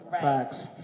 Facts